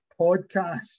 podcast